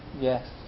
Yes